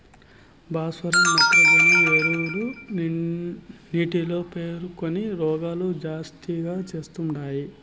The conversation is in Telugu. భాస్వరం నత్రజని ఎరువులు నీటిలో పేరుకొని రోగాలు జాస్తిగా తెస్తండాయి